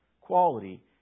quality